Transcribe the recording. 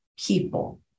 people